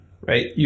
right